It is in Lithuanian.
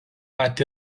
pat